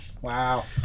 Wow